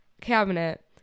cabinet